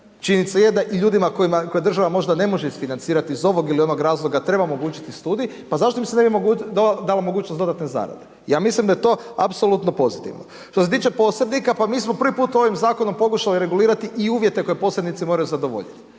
činjenica je da i ljudima koje država možda ne može isfinancirati iz ovog ili onog razloga treba omogućiti studij, pa zašto se ne bi dala mogućnost dodatne zarade. Ja mislim da je to apsolutno pozitivno. Što se tiče posrednika, pa mi smo prvi put ovim zakonom pokušali regulirati i uvjete koje posrednici moraju zadovoljiti.